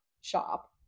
shop